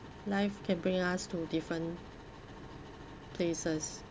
life can bring us to different places